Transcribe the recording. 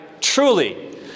truly